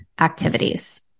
activities